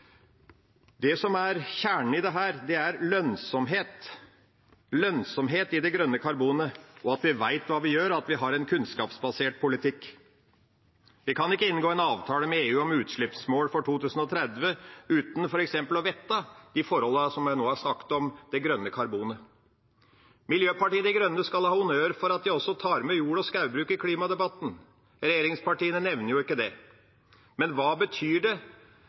Det som er kjernen i dette, er lønnsomhet – lønnsomhet i det grønne karbonet – at vi vet hva vi gjør, og at vi har en kunnskapsbasert politikk. Vi kan ikke inngå en avtale med EU om utslippsmål for 2030 uten f.eks. å vite noe om det jeg nå har sagt om forholdene for det grønne karbonet. Miljøpartiet De Grønne skal ha honnør for at de også tar med jord- og skaubruk i klimadebatten. Regjeringspartiene nevner jo ikke det. Men hva betyr